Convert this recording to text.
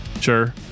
sure